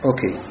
Okay